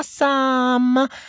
awesome